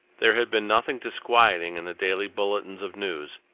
there had been nothing disquieting in the daily bulletins of news,